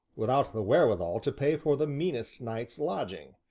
without the wherewithal to pay for the meanest night's lodging.